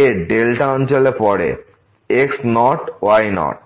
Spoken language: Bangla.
এর ডেল্টা অঞ্চলে পড়ে x naught y naught